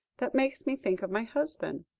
that makes me think of my husband.